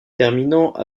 terminant